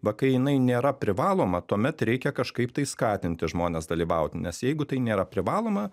va kai jinai nėra privaloma tuomet reikia kažkaip tai skatinti žmones dalyvaut nes jeigu tai nėra privaloma